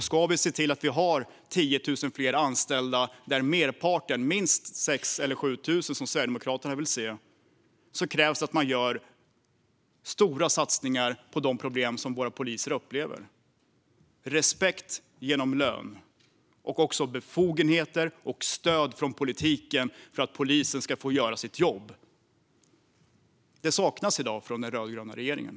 Ska vi se till att ha 10 000 fler anställda, där merparten - minst 6 000 eller 7 000, tycker Sverigedemokraterna - är poliser, krävs det att man gör stora satsningar på de problem som våra poliser upplever. Respekt genom lön liksom befogenheter och stöd från politiken för att polisen ska få göra sitt jobb saknas i dag från den rödgröna regeringen.